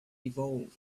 evolved